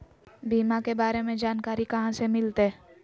बीमा के बारे में जानकारी कहा से मिलते?